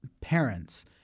parents